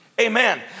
Amen